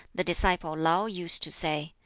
the disciple lau used to say,